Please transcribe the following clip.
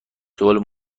سوال